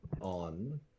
on